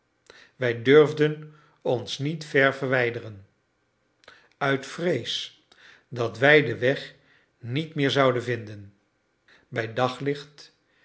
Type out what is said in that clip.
wij durfden ons niet ver verwijderen uit vrees dat wij den weg niet meer zouden vinden bij daglicht